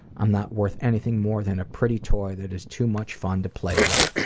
i'm not worth anything more than a pretty toy that is too much fun to play with.